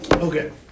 Okay